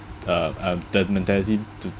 uh uh the mentality to